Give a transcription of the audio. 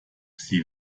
sie